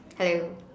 hello